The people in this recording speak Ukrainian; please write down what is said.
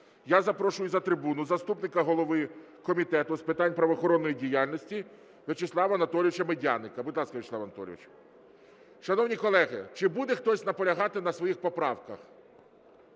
Я запрошую до трибуни заступника голови Комітету з питань правоохоронної діяльності В'ячеслава Анатолійовича Медяника. Будь ласка, В'ячеслав Анатолійович. Шановні колеги, чи буде хтось наполягати на своїх поправках?